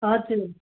हजुर